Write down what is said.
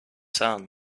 son